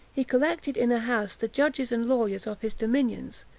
he collected in a house the judges and lawyers of his dominions,